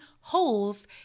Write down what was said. holes